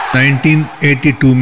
1982